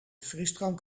frisdrank